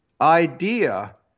idea